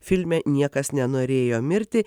filme niekas nenorėjo mirti